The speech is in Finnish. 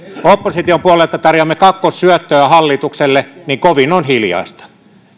opposition puolelta tarjoamme kakkossyöttöä hallitukselle niin kovin on hiljaista